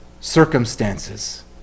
circumstances